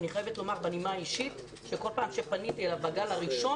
אני חייבת לומר בנימה אישית שכל פעם כשפניתי אליו בגל הראשון,